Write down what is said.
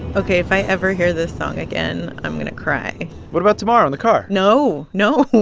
ok, if i ever hear this song again, i'm going to cry what about tomorrow in the car? no, no.